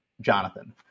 jonathan